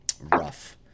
rough